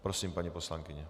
Prosím, paní poslankyně.